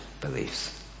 beliefs